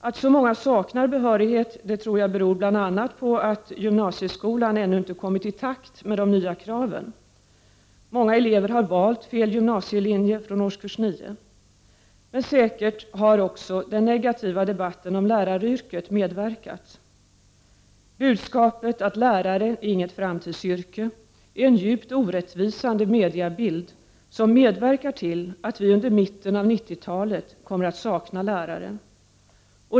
Att så många saknar behörighet tror jag beror bl.a. på att gymnasieskolan ännu inte kommit i takt med de nya kraven. Många elever har valt fel gymnasielinje från årskurs 9. Säkert har också den negativa debatten om läraryrket medverkat. Budskapet att läraryrket inte är något framtidsyrke är en djupt missvisande mediabild, som medverkar till att vi under mitten av 90-talet kommer att sakna lärare.